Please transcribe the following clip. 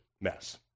mess